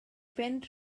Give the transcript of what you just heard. fynd